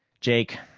jake,